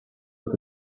look